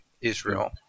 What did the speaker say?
Israel